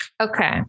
okay